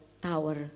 tower